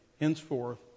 henceforth